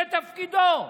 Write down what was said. זה תפקידו.